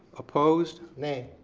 opposed. nay.